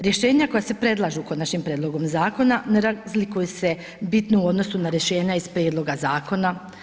Rješenja koja se predlažu konačnim prijedlogom zakona ne razlikuju se bitno u odnosu na rješenja iz prijedloga zakona.